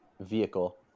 vehicle